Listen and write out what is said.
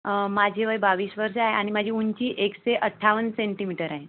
माझी वय बावीस वर्ष आहे आणि माझी उंची एकशे अठ्ठावन्न सेंटीमीटर आहे